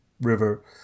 River